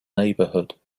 neighborhood